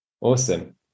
awesome